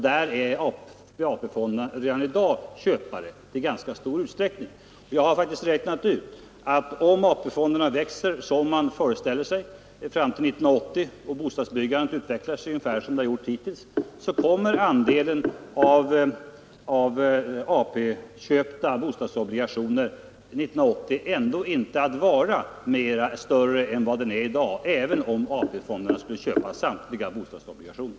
Där är AP-fonderna redan i dag köpare i ganska stor utsträckning av obligationer. Jag har räknat ut att om AP-fonderna växer som man föreställer sig fram till 1980 och om bostadsbyggandet utvecklar sig ungefär som det gjort hittills kommer andelen av bostadsobligationer i AP-fonderna 1980 inte att vara större än i dag, även om AP-fonderna skulle köpa samtliga bostadsobligationer.